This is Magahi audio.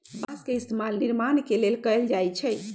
बास के इस्तेमाल निर्माण के लेल कएल जाई छई